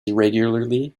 irregularly